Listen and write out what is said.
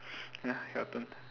ya your turn